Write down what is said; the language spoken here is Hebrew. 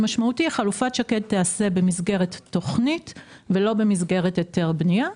חלופת שקד תיעשה במסגרת תוכנית ולא במסגרת היתר בנייה.